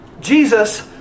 Jesus